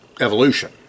evolution